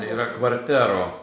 tai yra kvartero